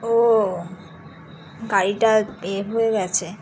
ও গাড়িটা এ হয়ে গেছে